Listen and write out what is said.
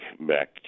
back